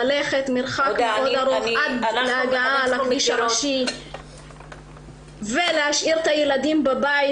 ללכת מרחק ארוך מאוד עד שיגיעו לכביש הראשי ולהשאיר את הילדים בבית,